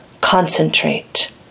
concentrate